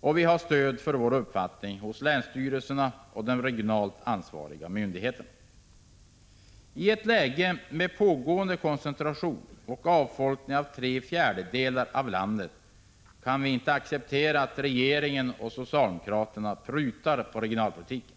Och vi har stöd för vår uppfattning hos länsstyrelserna och de regionalt ansvariga myndigheterna. I ett läge med pågående koncentration och avfolkning av tre fjärdedelar av landet kan vi inte acceptera att regeringen och socialdemokraterna prutar i fråga om regionalpolitiken.